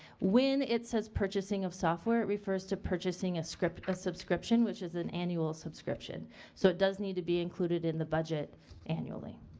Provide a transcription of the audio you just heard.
when it says purchasing of software it refers to purchasing ah a subscription which is an annual subscription so it does need to be included in the budget annually.